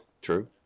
True